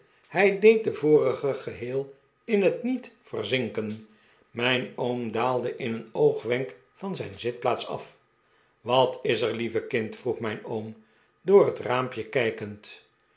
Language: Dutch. hij deed den vorigen geheel in het niet verzinken mijn oom daalde in een oogwenk van zijn zitplaats af wat is er lieve kind vroeg mijn oom door het raampje kijkend